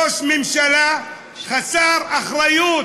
ראש ממשלה חסר אחריות.